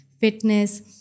fitness